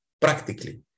practically